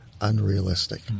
unrealistic